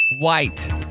White